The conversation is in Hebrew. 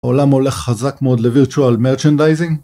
העולם הולך חזק מאוד לווירטואל מרצ'נדייזינג